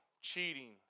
cheating